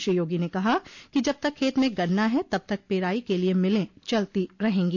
श्री योगी ने कहा कि जब तक खेत में गन्ना है तब तक पेराई के लिये मिले चलती रहेंगी